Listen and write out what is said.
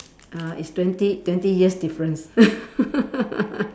uh it's twenty twenty years difference